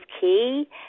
key